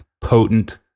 potent